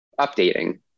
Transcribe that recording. updating